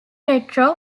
retro